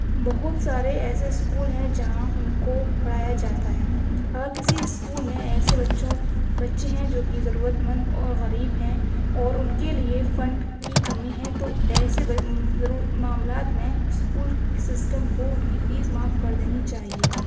بہت سارے ایسے اسکول ہیں جہاں ان کو پڑھایا جاتا ہے اگر کسی اسکول میں ایسے بچوں بچے ہیں جوکہ ضرورت مند اور غریب ہیں اور ان کے لیے فنڈ کی کمی ہے تو ایسے معاملات میں اسکول سسٹم کو ان کی فیس معاف کر دینی چاہیے